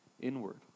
inward